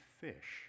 fish